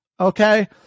Okay